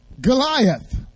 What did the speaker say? Goliath